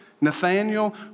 Nathaniel